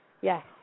yes